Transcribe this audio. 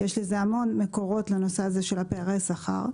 כי יש המון מקורות לנושא פערי השכר,